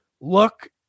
look